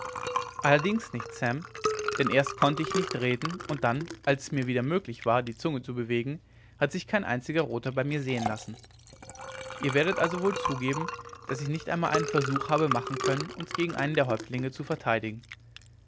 allerdings nicht sam denn erst konnte ich nicht reden und dann als es mir wieder möglich war die zunge zu bewegen hat sich kein einziger roter bei mir sehen lassen ihr werdet also wohl zugeben daß ich nicht einmal einen versuch habe machen können uns gegen einen der häuptlinge zu verteidigen